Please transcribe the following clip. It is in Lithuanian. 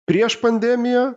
prieš pandemiją